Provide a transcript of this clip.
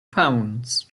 pounds